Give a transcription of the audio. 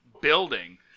building